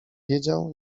wiedział